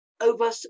over